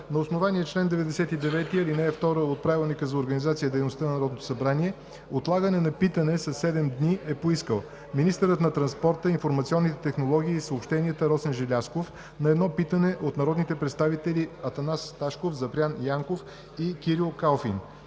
На основание чл. 99, ал. 2 от Правилника за организацията и дейността на Народното събрание, отлагане на питане със седем дни е поискал министърът на транспорта, информационните технологии и съобщенията Росен Желязков на едно питане от народните представители Атанас Ташков, Запрян Янков и Кирил Калфин.